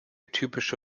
typische